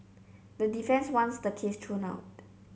the defence wants the case thrown out